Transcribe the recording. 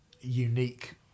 unique